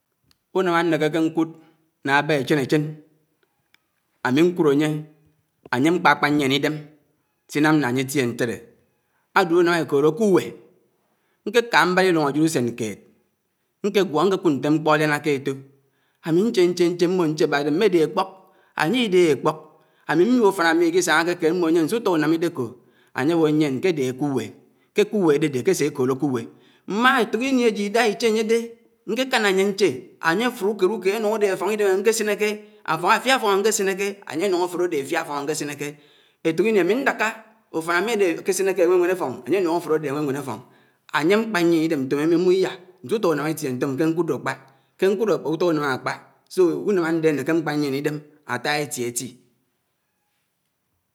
Únàm ànékéké ñkùd ña àbà échén. echen. àmì ñkùd ànyé. ànyé ámkpákpà ñyíén ídém sínám ná ányé átié ñtéré. àduñàm ékòdò ákuwé. Ñké ká mbád írùñ ajìd ùsén kèd ñkégwó ñkékùd ñté mkpó áriáná ké étò ámì ñchè ñchè ñchè mmò ñchè bádé mé ádé ákpók? Ányé ìdèhé ákpók. ámì mmò ùfànàmì íkísáñké kéd mmò ányé ñsùtó ùnám ídékò? Ányéwò ñyién ké ádé ákùwé, kè àkuwé àdèdé ké ésé ékòd ákùwé. Mmà éfòk ìnì ájìd ìdàha íché ányédé, ñkè kánà ányén ñché ànyéfùrò ùkedúkèd ànùñ ádé áfoñidém áñkésinéké, áffia áfóñ. ányé ánùñ áfòrò ádé áñwéwén àfóñ. ànyé ámkpá ñyíen idóm ñfonímí ámmò íyáh ñsùtò ùnám ítie ñtom ké ñkùdò ákpá. ké ñkùdò ùtó ùnámám akpá. so ùnám ándé ánéké àmkpà ñyién ídém átáá etítí